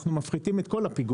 אנחנו מפחיתים את כל הפיגורים.